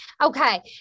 Okay